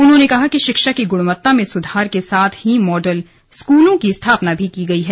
उन्होंने कहा कि शिक्षा की गुणवत्ता में सुधार के साथ ही मॉडल स्कूलों की स्थापना की गई है